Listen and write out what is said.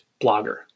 blogger